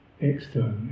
externally